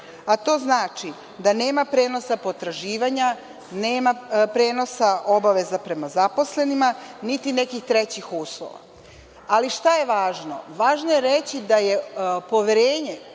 a to znači da nema prenosa potraživanja, nema prenosa obaveza prema zaposlenima, niti nekih trećih uslova. Ali, šta je važno? Važno je reći da je poverenje